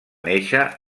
néixer